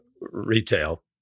retail